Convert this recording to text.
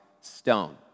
stone